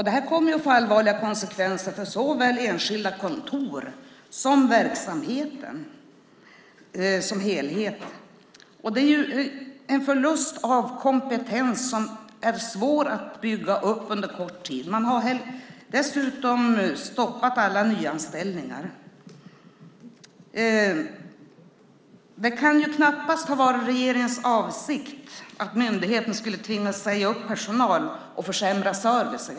Det kommer att få allvarliga konsekvenser för såväl enskilda kontor som verksamheten som helhet. Det är en förlust av kompetens som är svår att bygga upp under kort tid. Man har dessutom stoppat alla nyanställningar. Det kan knappast ha varit regeringens avsikt att myndigheten skulle tvingas säga upp personal och försämra servicen.